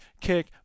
kick